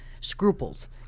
scruples